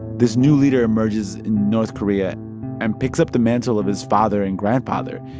this new leader emerges in north korea and picks up the mantle of his father and grandfather,